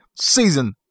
Season